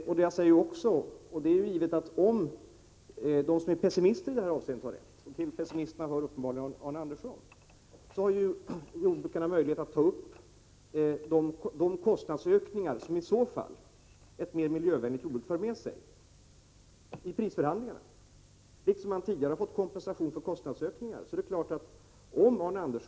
Jag menar också att om de som i det här avseendet är pessimister får rätt — och till dem hör uppenbarligen Arne Andersson — så har jordbrukarna möjlighet att vid prisförhandlingarna ta upp frågan om de kostnadsökningar som ett mera miljövänligt jordbruk för med sig.